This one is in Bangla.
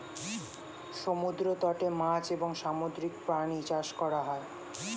সমুদ্র তটে মাছ এবং সামুদ্রিক প্রাণী চাষ করা হয়